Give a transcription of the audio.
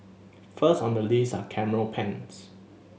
first on the list are camera pens